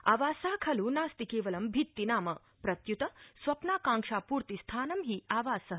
आवास खल् नास्ति केवलं भिति नाम प्रत्युत्त स्वप्नाकांक्षा पूर्तिस्थानं हि आवास इति